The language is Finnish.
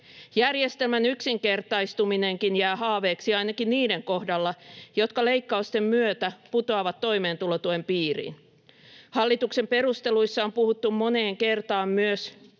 Järjestelmän yksinkertaistuminenkin jää haaveeksi ainakin niiden kohdalla, jotka leikkausten myötä putoavat toimeentulotuen piiriin. Hallituksen perusteluissa on puhuttu moneen kertaan myös